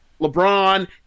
lebron